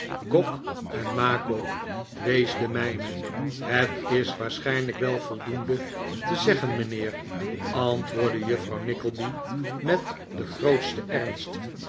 gog en magog wees de n ijne het is waarschijnlijk wel voldoende te zeggen mijnheer antwoordde juffrouw nickleby met den grootsten ernst